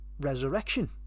resurrection